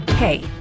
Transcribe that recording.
Hey